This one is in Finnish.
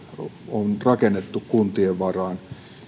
on rakennettu kun tien varaan